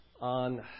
on